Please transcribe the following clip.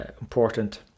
important